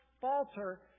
falter